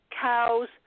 cows